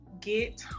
Get